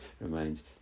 remains